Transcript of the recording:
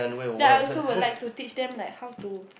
then I also would like to teach them like how to